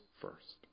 first